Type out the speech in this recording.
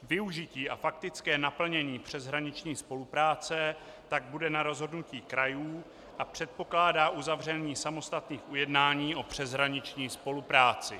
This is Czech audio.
Využití a faktické naplnění přeshraniční spolupráce tak bude na rozhodnutí krajů a předpokládá uzavření samostatných ujednání o přeshraniční spolupráci.